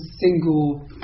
single